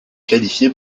qualifiée